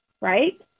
right